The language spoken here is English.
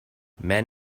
men